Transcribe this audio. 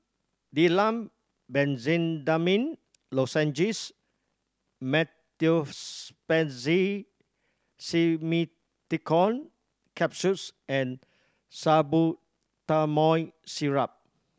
Difflam Benzydamine Lozenges Meteospasmyl Simeticone Capsules and Salbutamol Syrup